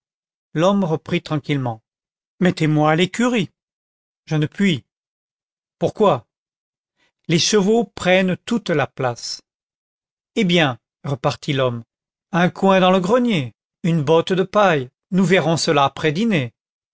l'homme reprit tranquillement mettez-moi à l'écurie je ne puis pourquoi les chevaux prennent toute la place eh bien repartit l'homme un coin dans le grenier une botte de paille nous verrons cela après dîner